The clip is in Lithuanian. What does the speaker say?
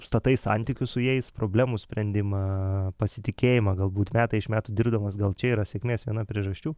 statai santykius su jais problemų sprendimą pasitikėjimą galbūt metai iš metų dirbdamas gal čia yra sėkmės viena priežasčių